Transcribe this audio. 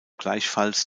gleichfalls